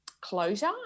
closure